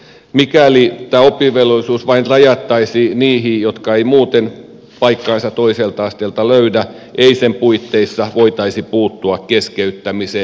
mikäli oppivelvollisuus rajattaisiin vain niihin jotka eivät muuten paikkaansa toiselta asteelta löydä ei sen puitteissa voitaisi puuttua keskeyttämiseen